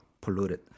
polluted